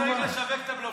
אתם באים לשווק את הבלוף.